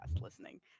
listening